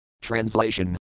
Translation